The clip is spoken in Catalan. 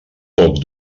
poc